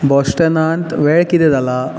बॉस्टनांत वेळ कितें जाला